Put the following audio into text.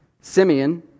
Simeon